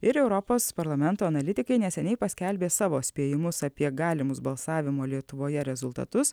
ir europos parlamento analitikai neseniai paskelbė savo spėjimus apie galimus balsavimo lietuvoje rezultatus